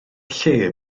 lle